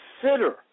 consider